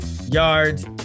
yards